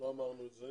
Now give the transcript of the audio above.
לא אמרנו את זה